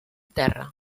terra